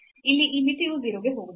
ಇಲ್ಲಿ ಈ ಮಿತಿಯು 0 ಕ್ಕೆ ಹೋಗುತ್ತದೆ